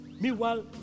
Meanwhile